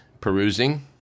perusing